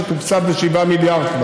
שכבר תוקצב ב-7 מיליארד.